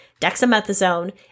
dexamethasone